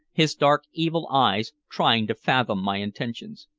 his dark, evil eyes trying to fathom my intentions.